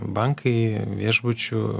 bankai viešbučių